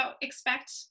expect